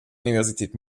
universität